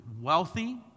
Wealthy